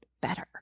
better